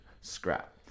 scrap